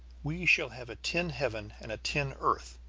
we shall have a tin heaven and a tin earth,